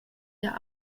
der